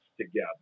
together